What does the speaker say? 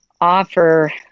offer